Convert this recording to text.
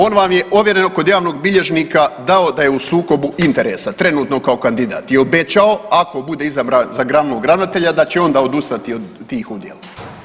On vam je ovjereno kod javnog bilježnika dao da je u sukoba interesa, trenutno kao kandidat je obećao, ako bude izabran za glavnog ravnatelja, da će onda odustati od tih udjela.